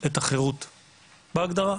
בהגדרה,